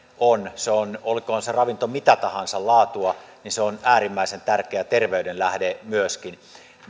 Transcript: on olkoon se ravinto mitä tahansa laatua se on äärimmäisen tärkeä terveyden lähde myöskin